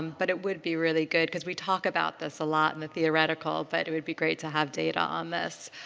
but it would be really good, because we talk about this a lot and the theoretical that but it would be great to have data on this.